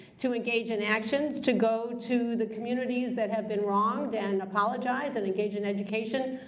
to engage in actions, to go to the communities that have been wronged and apologize and engage in education,